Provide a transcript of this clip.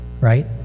right